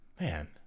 man